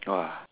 !wah!